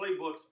playbooks